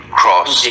cross